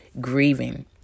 grieving